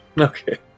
Okay